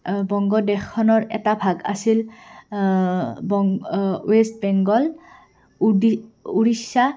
বংগ দেশখনৰ এটা ভাগ আছিল বং ৱেষ্ট বেংগল উদি উৰিষ্যা